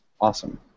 Awesome